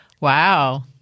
Wow